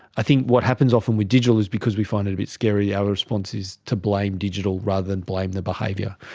i think what happens often with digital is because we find it a bit scary our response is to blame digital rather than blame the behaviour.